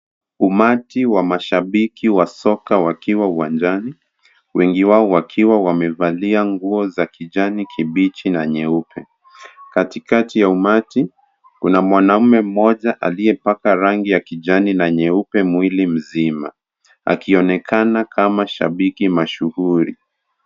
Umati wa mashabiki wa soka wakiwa uwanjani. Wengi wao wakiwa wamevalia nguo za kijani kibichi na nyeupe. Katikati ya umati, kuna mwanaume mmoja aliyepaka rangi ya kijani na nyeupe mwili mzima. Akionekana kama shabiki mashuhuri.